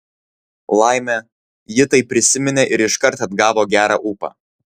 laimė ji tai prisiminė ir iškart atgavo gerą ūpą